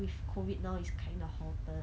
with COVID now it's kind of halted